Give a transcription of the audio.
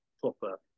proper